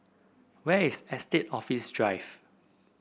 where is Estate Office Drive